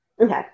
Okay